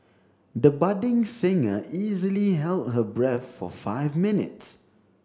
the budding singer easily held her breath for five minutes